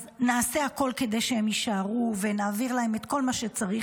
אז נעשה הכול כדי שהם יישארו ונעביר להם את כל מה שצריך,